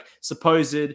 supposed